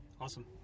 Awesome